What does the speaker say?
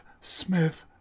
Smith